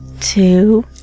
two